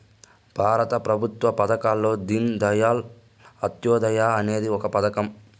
భారత ప్రభుత్వ పథకాల్లో దీన్ దయాళ్ అంత్యోదయ అనేది ఒక పథకం